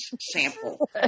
sample